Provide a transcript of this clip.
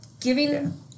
giving